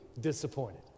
disappointed